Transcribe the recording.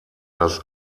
das